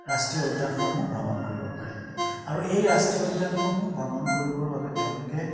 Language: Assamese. ৰাষ্ট্ৰীয় উদ্যানসমূহ ভ্ৰমণ কৰিব পাৰে আৰু এই ৰাষ্ট্ৰীয় উদ্যানসমূহ ভ্ৰমণ কৰিবৰ বাবে তেওঁলোকে